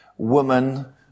woman